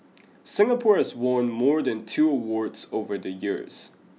Singapore has won more than two awards over the years